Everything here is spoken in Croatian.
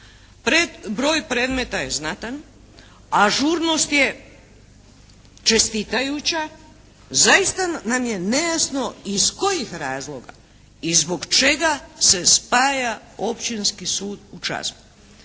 Broj predmeta je znatan, ažurnost je čestitajuća, zaista nam je nejasno iz kojih razloga i zbog čega se spaja Općinski sud u Čazmi.